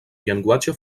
llenguatge